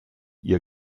ihr